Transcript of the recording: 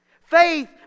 Faith